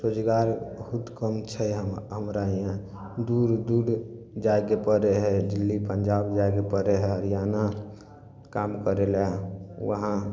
रोजगार बहुत कम छै हम हमरा हीऑं दूर जायके पड़ै हइ दिल्ली पंजाब जायके पड़ै हइ हरियाणा काम करय लए